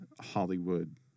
Hollywood